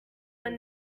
when